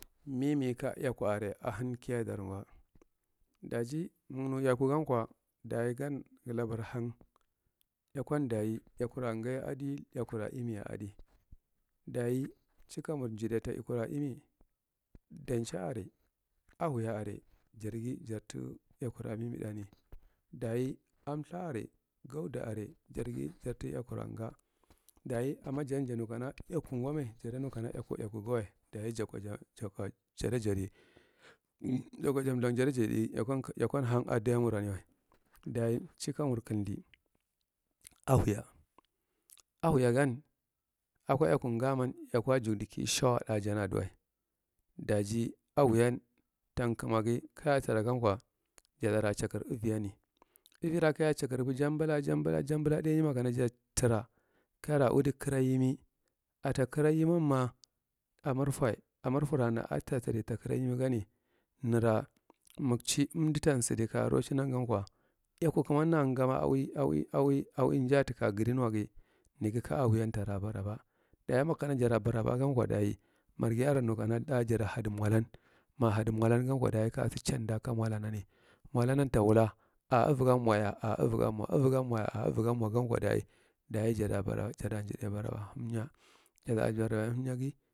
Mimi ka eyaku are a hankiya dar ngwa? Daji magnu eyakugan kwa, dayi gan salabar haug. Eyakura ngaye adi, eyekura imiye adi, dayi mci kamur njiɗe ta eyakura imi. Danci are, a hawya arem jargi jart yakura mimi ɗani. Dayi amltha are, gaudu are jargi jai ta eyakura nga. Dayi amma jan janu kana eyakugwame, jadu nu kana eyeku, eyekugawa. Dayi jakwa ja jakwa jada ja di jakwa jamlthang jadi jadi eyekwanka eyekwan hangade muranyewa. Ɗayi mci kamur kaidi a hawya, a hawyagan akwa eyeku ngaman, eyeku ajugdiki shawa gajan aduwa baji, a hawuan, tang kamagi ka taragamkwa jadara cakar aviyami zvira kaya cakargi, jam bala, jambala, jambala dainyi makana ja tara ka ara udi kara imi, ta kara imiyanma, amarfa, ammarfara na a ta tali takara imigani nara magci amda tansadi ku rocinnangankwa, eyeku kamanna ngama, a ui, a ui, a ui a ui jaiyata ka ga danwagi nagi a ahawya tara baraba. Dayi makana jara bara bagankwa dayi marghi are mukana ɗa jadi hadi mwalan. Ma hadi mwalang ankwa, dayi kasa caudakamwalanani, mwalanan ta wula avugan mwaya? A avugan mwa, avugan mwaya a gankwa dayi jada bara, jara njide bar samnya. Jara bara samnyagi.